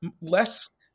less